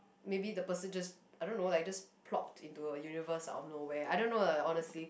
maybe the person just I don't know just plopped into a universe out of nowhere I don't know lah honestly